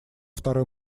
второй